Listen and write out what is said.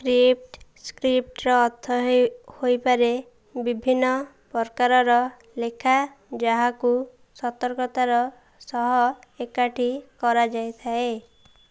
script ସ୍କ୍ରିପ୍ଟ୍ର ଅର୍ଥ ହୋଇପାରେ ବିଭିନ୍ନ ପ୍ରକାରର ଲେଖା ଯାହାକୁ ସତର୍କତାର ସହ ଏକାଠି କରାଯାଇଥାଏ